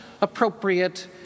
appropriate